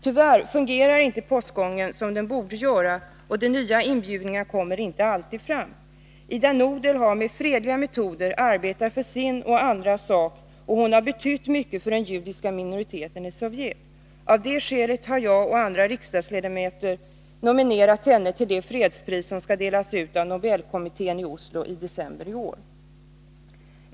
Tyvärr fungerar inte postgången som den borde göra, och de nya inbjudningarna kommer inte alltid fram. Ida Nudel har med fredliga metoder arbetat för sin och andras sak. Hon har betytt mycket för den judiska minoriteten i Sovjet. Av det skälet har jag och några andra riksdagsledamöter nominerat henne till det fredspris som skall delas ut av Nobelkommittén i Oslo i december i år.